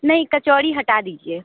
नहीं कचौड़ी हटा दीजिए